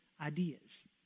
ideas